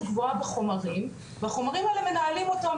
גבוהה בחומרים והחומרים האלה מנהלים אותם,